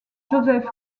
joseph